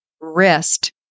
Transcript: wrist